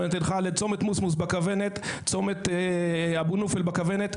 עין חלד וגם צומת מוצמוץ בכוונת וצומת אבו נופל בכוונת.